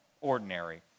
ordinary